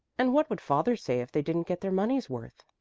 and what would father say if they didn't get their money's worth?